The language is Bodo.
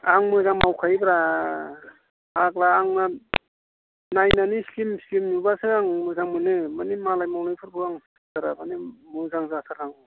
आं मोजां मावखायोब्रा फाग्ला आं नायनानै स्लिम स्लिम नुब्लासो आं मोजां मोनो माने मालाय मावनायफोरखौ आं सुखुथारा माने मोजां जाथारनांगौ